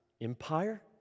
Empire